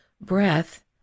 breath